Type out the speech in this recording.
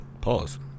Pause